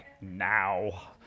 now